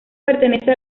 pertenece